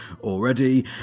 already